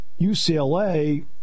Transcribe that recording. UCLA